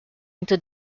into